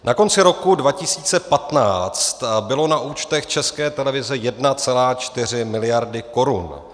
Na konci roku 2015 bylo na účtech České televize 1,4 mld. korun.